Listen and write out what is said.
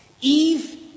Eve